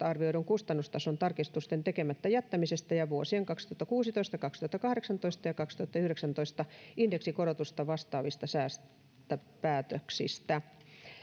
arvioidun kustannustason tarkistusten tekemättä jättämisestä ja vuosien kaksituhattakuusitoista kaksituhattakahdeksantoista ja kaksituhattayhdeksäntoista indeksikorotusta vastaavista säästöpäätöksistä